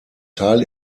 teil